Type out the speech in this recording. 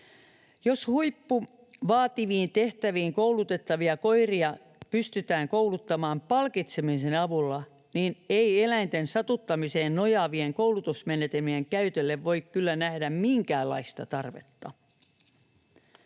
Jos huippuvaativiin tehtäviin koulutettavia koiria pystytään kouluttamaan palkitsemisen avulla, niin ei eläinten satuttamiseen nojaavien koulutusmenetelmien käytölle voi kyllä nähdä minkäänlaista tarvetta.